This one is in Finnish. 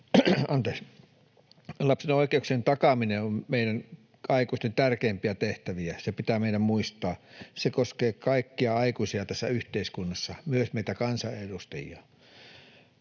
lapsen oikeuksien takaaminen on meidän aikuisten tärkeimpiä tehtäviä. Se pitää meidän muistaa. Se koskee kaikkia aikuisia tässä yhteiskunnassa, myös meitä kansanedustajia.